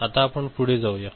आता आपण पुढे जाऊया